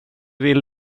vill